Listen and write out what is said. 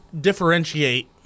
differentiate